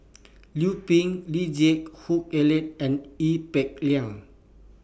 Liu Peihe Lee Geck Hoon Ellen and Ee Peng Liang